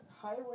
highway